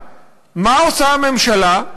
מה עושה הממשלה?